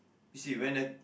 you see when the